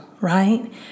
right